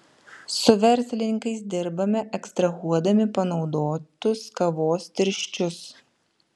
su verslininkais dirbame ekstrahuodami panaudotus kavos tirščius